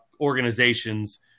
organizations